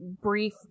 brief